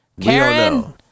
Karen